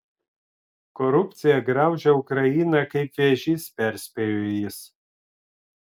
korupcija graužia ukrainą kaip vėžys perspėjo jis